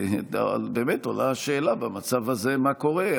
באמת עולה השאלה: במצב הזה, מה קורה?